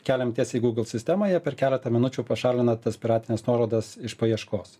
keliam tiesiai į google sistemą jie per keletą minučių pašalina tas piratines nuorodas iš paieškos